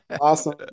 Awesome